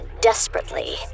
desperately